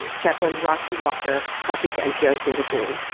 chaplain rocky walker talking to npr's david greene